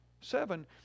Seven